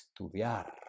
estudiar